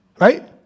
Right